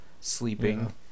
sleeping